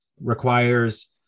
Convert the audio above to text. requires